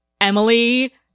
Emily